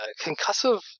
concussive